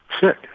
sick